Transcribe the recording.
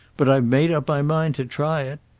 but i've made up my mind to try it.